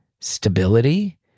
stability